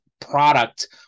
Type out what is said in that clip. product